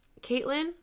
caitlin